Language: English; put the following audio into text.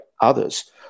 others